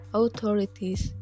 authorities